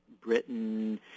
Britain